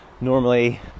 normally